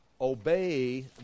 obey